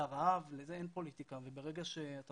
לרעב ולזה אין פוליטיקה וברגע שאתה